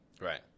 right